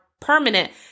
permanent